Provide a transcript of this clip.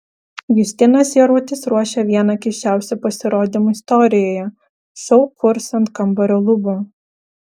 justinas jarutis ruošia vieną keisčiausių pasirodymų istorijoje šou kurs ant kambario lubų